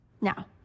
Now